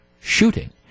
shooting